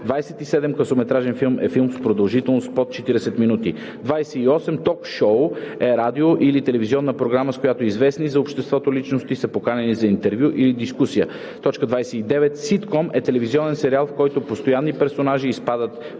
27. „Късометражен филм” е филм с продължителност под 40 минути. 28. „Тоук-шоу“ е радио- или телевизионна програма, в която известни за обществото личности са поканени за интервю или дискусия. 29. „Ситком“ е телевизионен сериал, в който постоянни персонажи изпадат